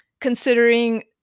considering